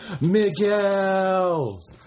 Miguel